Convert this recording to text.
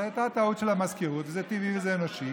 זו הייתה טעות של המזכירות, וזה טבעי וזה אנושי,